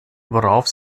worauf